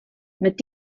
mit